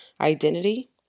identity